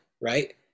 right